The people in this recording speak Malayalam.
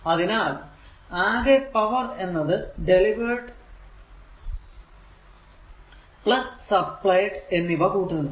അതിനാൽ അകെ പവർ എന്നത് ഡെലിവെർഡ് സപ്പ്ളൈഡ് എന്നിവ കൂട്ടുന്നതാണ്